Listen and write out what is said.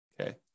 okay